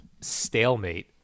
stalemate